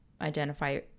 identify